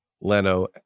Leno